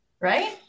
right